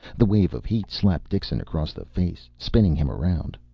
the wave of heat slapped dixon across the face, spinning him around.